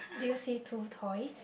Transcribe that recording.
do you see two toys